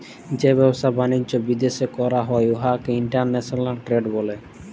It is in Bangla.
যে ব্যবসা বালিজ্য বিদ্যাশে ক্যরা হ্যয় উয়াকে ইলটারল্যাশলাল টেরেড ব্যলে